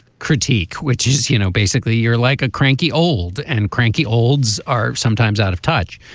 critique which is you know basically you're like a cranky old and cranky olds are sometimes out of touch.